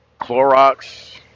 Clorox